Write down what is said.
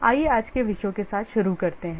आइए आज के विषयों के साथ शुरू करते हैं